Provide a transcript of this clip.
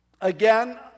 Again